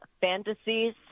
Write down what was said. Fantasies